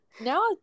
now